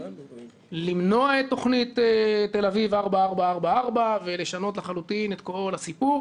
למנוע את תוכנית תל אביב/4444 לשנות לחלוטין את כל הסיפור.